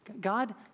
God